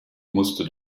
musste